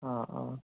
ആ ആ